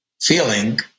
feeling